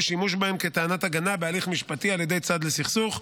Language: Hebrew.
שימוש בהם כטענת הגנה בהליך משפטי על ידי צד לסכסוך.